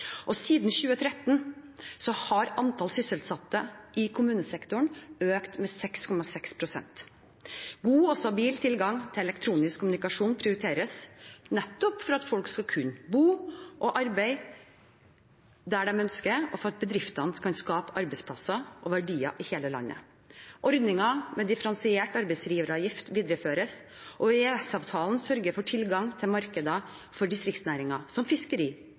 Siden 2013 har antallet sysselsatte i kommunesektoren økt med 6,6 pst. God og stabil tilgang til elektronisk kommunikasjon prioriteres nettopp for at folk skal kunne bo og arbeide der de ønsker, og for at bedriftene skal kunne skape arbeidsplasser og verdier i hele landet. Ordningen med differensiert arbeidsgiveravgift videreføres, og EØS-avtalen sørger for tilgang til markeder for distriktsnæringer som fiskeri,